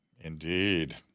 Indeed